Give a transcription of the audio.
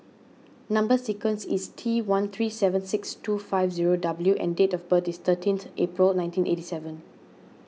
Number Sequence is T one three seven six two five zero W and date of birth is thirteenth April nineteen eighty seven